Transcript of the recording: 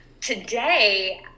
today